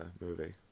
movie